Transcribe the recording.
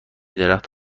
درخت